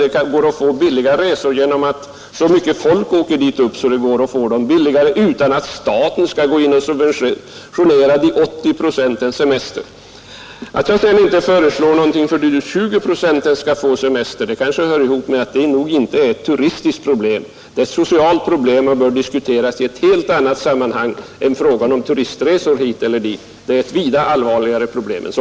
Det går att ordna billiga resor genom att så många människor reser, utan att staten skall gå in och subventionera de 80 procentens semester. Att jag sedan inte föreslår någonting för att de återstående 20 procenten skall få semester hör kanske ihop med att det inte är något turistiskt problem. Det är ett socialt problem och bör diskuteras i ett helt annat sammanhang än frågan om turistresor hit eller dit. Det är ett vida allvarligare problem än så.